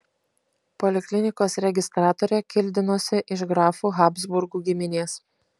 poliklinikos registratorė kildinosi iš grafų habsburgų giminės